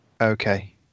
Okay